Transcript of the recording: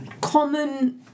common